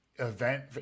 event